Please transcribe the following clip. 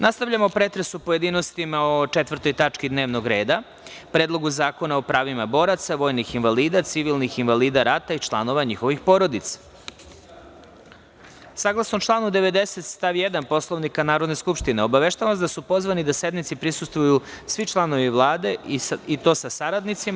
Nastavljamo pretres u pojedinostima o 4. tački dnevnog reda – PREDLOGU ZAKONA O PRAVIMA BORACA, VOJNIH INVALIDA, CIVILNIH INVALIDA RATA I ČLANOVA NjIHOVIH PORODICA Saglasno članu 90. stav 1. Poslovnika Narodne skupštine obaveštavam vas da su pozvani da sednici prisustvuju svi članovi Vlade i to sa saradnicima.